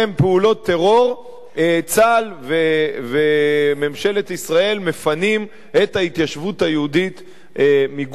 טרור צה"ל וממשלת ישראל מפנים את ההתיישבות היהודית מגוש-קטיף?